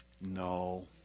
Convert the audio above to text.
No